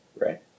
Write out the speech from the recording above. Right